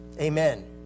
Amen